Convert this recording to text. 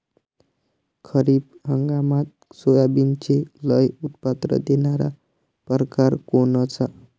खरीप हंगामात सोयाबीनचे लई उत्पन्न देणारा परकार कोनचा?